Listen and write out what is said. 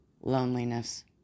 Loneliness